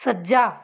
ਸੱਜਾ